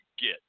get